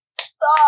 Stop